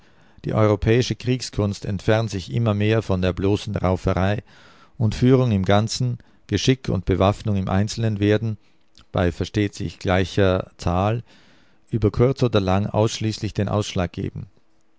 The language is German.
die europäische kriegskunst entfernt sich immer mehr von der bloßen rauferei und führung im ganzen geschick und bewaffnung im einzelnen werden bei versteht sich gleicher zahl über kurz oder lang ausschließlich den ausschlag geben